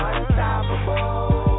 Unstoppable